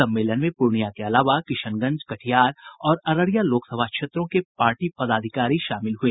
सम्मेलन में पूर्णिया के अलावा किशनगंज कटिहार और अररिया लोकसभा क्षेत्रों के पार्टी पदाधिकारी शामिल हुए